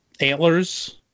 antlers